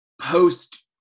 post